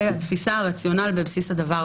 התפיסה הרציונלית בבסיס הדבר,